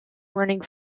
running